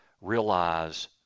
realize